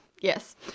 Yes